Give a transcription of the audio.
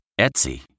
Etsy